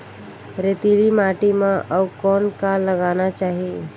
रेतीली माटी म अउ कौन का लगाना चाही?